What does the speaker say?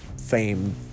fame